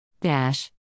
Dash